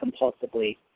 compulsively